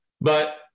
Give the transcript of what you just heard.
But-